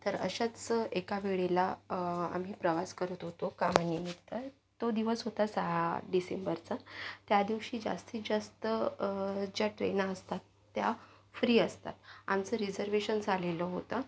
तर अशाच एका वेळेला आम्ही प्रवास करत होतो कामानिमित्त तो दिवस होता सहा डिसेंबरचा त्या दिवशी जास्तीतजास्त ज्या ट्रेन असतात त्या फ्री असतात आमचं रिजर्वेशन झालेलं होतं